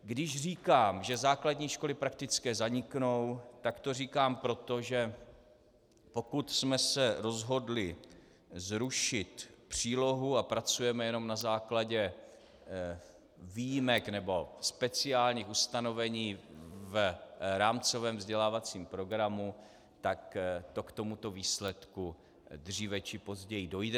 Když říkám, že základní školy praktické zaniknou, tak to říkám proto, že pokud jsme se rozhodli zrušit přílohu a pracujeme jenom na základě výjimek nebo speciálních ustanovení v rámcovém vzdělávacím programu, tak to k tomuto výsledku dříve či později dojde.